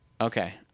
okay